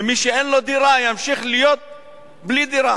ומי שאין לו דירה ימשיך להיות בלי דירה.